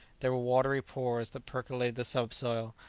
there were watery pores that percolated the subsoil,